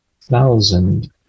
thousand